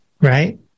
Right